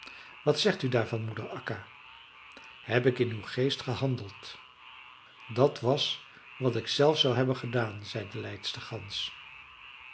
wat zegt u daarvan moeder akka heb ik in uw geest gehandeld dat was wat ik zelf zou hebben gedaan zei de leidstergans